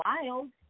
wild